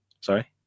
Sorry